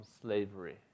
slavery